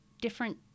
different